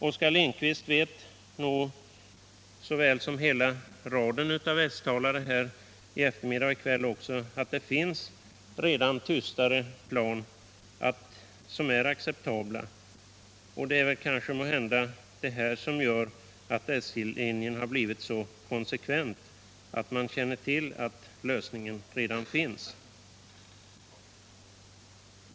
Oskar Lindkvist — liksom hela raden av s-talare här i eftermiddag och i kväll — vet att det redan finns mera tystgående flygplan som är ac 167 ceptabla. Det är måhända det faktum att lösningen redan finns som gör att s-linjen här har följts så konsekvent.